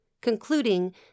concluding